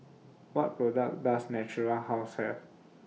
What products Does Natura House Have